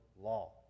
law